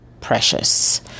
Precious